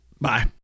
Bye